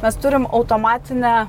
mes turim automatinę